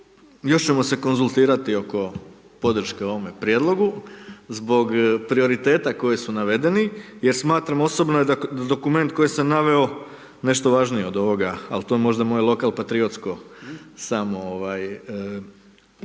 još ćemo se konzultirati oko podrške ovome prijedlogu zbog prioriteta koji su navedeni, jer smatram osobno je dokument koji sam naveo nešto važniji od ovoga, al to je možda lokal patriotsko samo lokal